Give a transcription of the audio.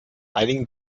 einigen